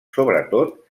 sobretot